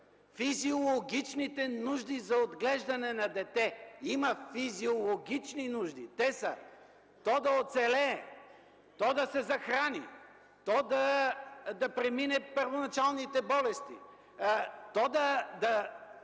физиологичните нужди за отглеждане на дете. Има физиологични нужди. Те са то да оцелее, то да се захрани, то да премине първоначалните болести, да